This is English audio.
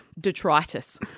detritus